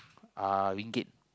uh ringgit